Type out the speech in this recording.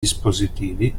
dispositivi